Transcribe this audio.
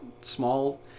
small